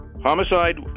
Homicide